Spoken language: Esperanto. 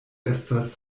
estas